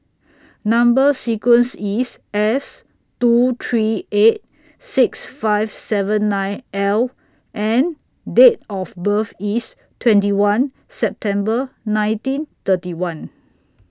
Number sequence IS S two three eight six five seven nine L and Date of birth IS twenty one September nineteen thirty one